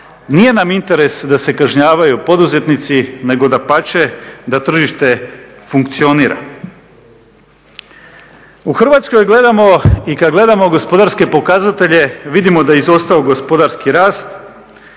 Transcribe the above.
Nije nam interes da se kažnjavaju poduzetnici nego dapače, da tržište funkcionira. U Hrvatskoj gledamo i kada gledamo gospodarske pokazatelje vidimo da je izostao gospodarski rast,